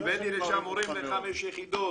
הבאתי לשם מורים בחמש יחידות.